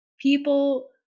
people